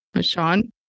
Sean